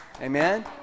Amen